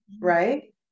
right